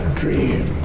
dream